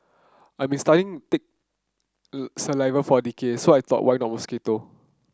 I've been studying tick saliva for a decade so I thought why not mosquito